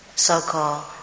so-called